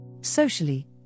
Socially